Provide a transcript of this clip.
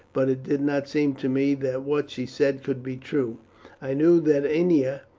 but it did not seem to me that what she said could be true i knew that ennia,